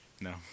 No